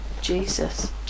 Jesus